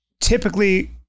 typically